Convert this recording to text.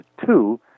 two